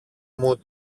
μου